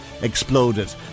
exploded